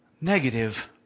negative